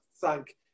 thank